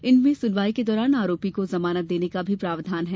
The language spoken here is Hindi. इनमें सुनवाई के दौरान आरोपी को जमानत देने का प्रावधान भी है